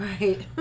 right